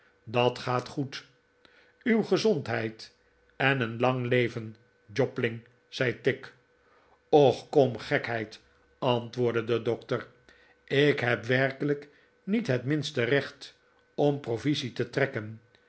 dat gaat goed ifuw gezondheid en een lang leven jobling zei tigg t och kom gekheid antwoordde de dokter ik heb werkelijk niet het minste recht om provisie te trekken